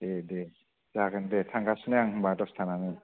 ए दे जागोन दे थांगासिनो आं होनबा दसे थानानै